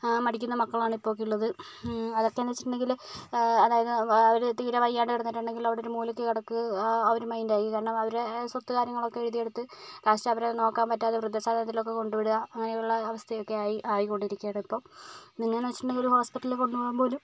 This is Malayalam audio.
മടിക്കുന്ന മക്കളാണ് ഇപ്പോൾ ഒക്കെ ഉള്ളത് അതൊക്കെ എന്ന് വെച്ചിട്ടുണ്ടെങ്കില് അതായത് അവര് തീരെ വയ്യാണ്ട് കിടന്നിട്ടുണ്ടേൽ ഒരു മൂലയ്ക്ക് കിടക്ക് അവര് മൈൻഡ് ആയി കാരണം അവരുടെ സ്വത്ത് കാര്യങ്ങളൊക്കെ എഴുതിയെടുത്ത് ലാസ്റ്റ് അവരെ നോക്കാൻ പറ്റാതെ വൃദ്ധസദനത്തിൽ ഒക്കെ കൊണ്ട് വിടുക അങ്ങനെയുള്ള അവസ്ഥയൊക്കെ ആയികൊണ്ടിരിക്കുവാണ് ഇപ്പോൾ പിന്നെ എന്ന് വെച്ചിട്ടുണ്ടേൽ ഹോസ്പിറ്റലിൽ കൊണ്ട് പോകാൻ പോലും